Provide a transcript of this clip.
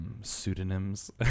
pseudonyms